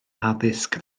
addysg